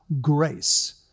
grace